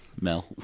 Mel